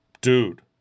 Dude